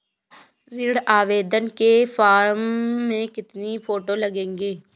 ऋण आवेदन के फॉर्म में कितनी फोटो लगेंगी?